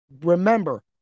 Remember